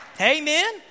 Amen